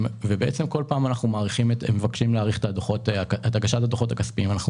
בכל פעם מבקשים להאריך את הגשת הדוחות הכספיים ואנחנו